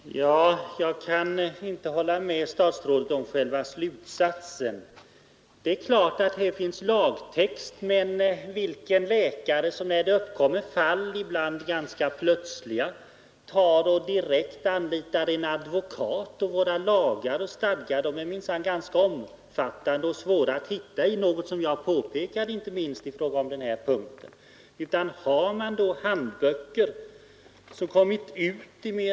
Herr talman! Jag kan inte hålla med statsrådet om själva slutsatsen. Det är klart att här finns lagtext, men vilka läkare anlitar en advokat eller annan jurist när det uppkommer fall, ibland ganska plötsligt? Våra lagar och stadgar är minsann ganska omfattande och svåra att hitta i, något som jag har påpekat, inte minst på den här punkten. Har man handböcker som kommit ut it.o.m.